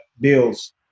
bills